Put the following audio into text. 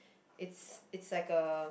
it's it's like a